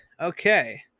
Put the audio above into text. Okay